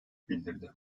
bildirdi